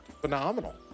phenomenal